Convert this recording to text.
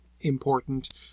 important